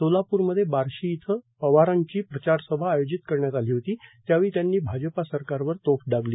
सोलापूर मध्ये बारशी येथे पवारांची प्रचारसभा आयोजित करण्यात आली होती त्यावेळी त्यांनी भाजपा सरकारवर तोफ डागली